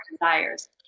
desires